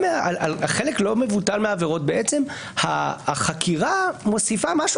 חלק לא מבוטל מהעבירות בעצם החקירה מוסיפה משהו,